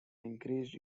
increased